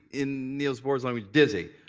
in niels bohr's language, dizzy.